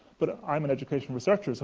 but i'm an educational researcher, so